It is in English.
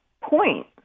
point